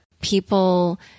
people